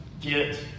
get